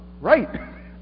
Right